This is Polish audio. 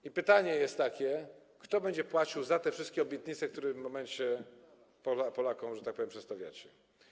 I pytanie jest takie, kto będzie płacił za te wszystkie obietnice, które w tym momencie Polakom, że tak powiem, przedstawiacie.